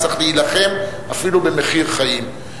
צריך להילחם אפילו במחיר חיים.